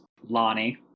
lonnie